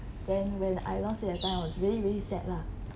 then when I lost it that time I was really really sad lah